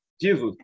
Jesus